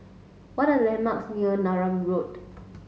what are landmarks near Neram Road